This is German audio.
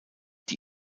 die